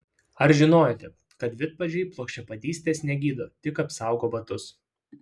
ar žinojote kad vidpadžiai plokščiapadystės negydo tik apsaugo batus